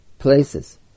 Places